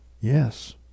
Yes